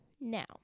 now